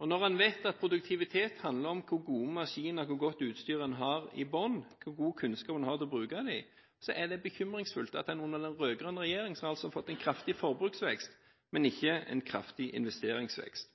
Og når en vet at produktivitet handler om hvor gode maskiner – hvor godt utstyr – en har i bånn, og hvor god kunnskap en har til å bruke dem, er det bekymringsfullt at en under den rød-grønne regjeringen har fått en kraftig forbruksvekst, men ikke en kraftig investeringsvekst.